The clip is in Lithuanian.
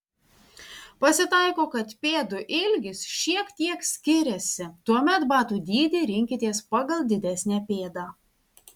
pasitaiko kad pėdų ilgis šiek tiek skiriasi tuomet batų dydį rinkitės pagal didesnę pėdą